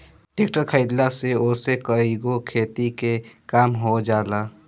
tractor खरीदला से ओसे कईगो खेती के काम हो जाला